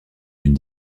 d’une